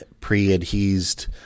pre-adhesed